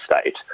state